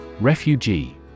Refugee